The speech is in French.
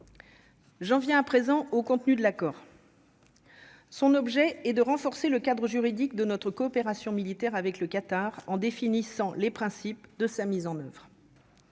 J'en viens à présent au contenu de l'accord. Son objet est de renforcer le cadre juridique de notre coopération militaire avec le Qatar en définissant les principes de sa mise en oeuvre.